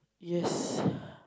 yes